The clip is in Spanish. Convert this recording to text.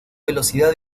velocidad